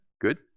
good